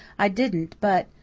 i didn't but,